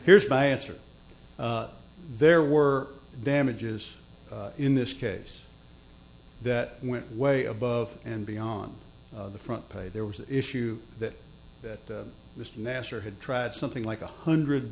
here's my answer there were damages in this case that went way above and beyond the front page there was an issue that that was nasser had tried something like a hundred